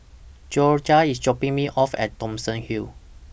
Jorja IS dropping Me off At Thomson Hill